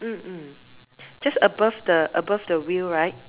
mm mm just above the above the wheel right